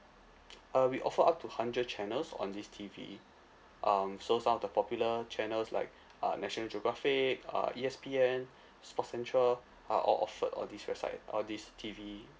uh we offer up to hundred channels on this T_V um so some of the popular channels like uh national geographic uh E_S_P_N sport central are all offered on this website on this T_V